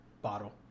bottle